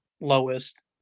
lowest